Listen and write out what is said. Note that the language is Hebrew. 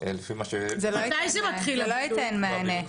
זה לא ייתן מענה.